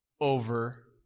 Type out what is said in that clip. over